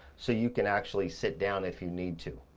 so you can actually sit down if you need to.